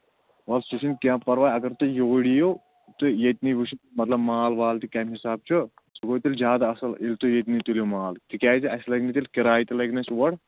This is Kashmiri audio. وَلہٕ سُہ چھُنہٕ کیٚنہہ پَرواے اَگر تُہۍ یوٗرۍ یِیِو تُہۍ ییٚتہِ نٕے وٕچھِو مطلب مال وال تہِ کَمہِ حِساب چھُ سُہ گوٚو تیٚلہِ زیادٕ اَصٕل ییٚلہِ تُہۍ ییٚتہِ نٕے تُلِو مال تِکیٛازِ اَسہِ لَگہِ نہٕ تیٚلہِ کِرایہِ تہِ لگہِ نہٕ اَسہِ اور